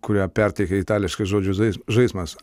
kurią perteikia itališkas žodžių zai žaismas